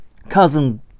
cousin